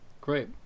Great